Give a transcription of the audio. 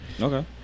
Okay